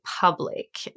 public